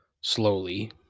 Slowly